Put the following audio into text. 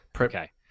Okay